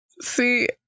See